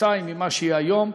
פי-שניים ממה שהיא היום.